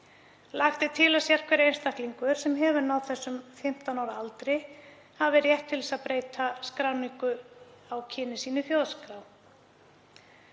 Lagt er til að sérhver einstaklingur sem hefur náð 15 ára aldri hafi rétt til að breyta skráningu á kyni sínu í þjóðskrá.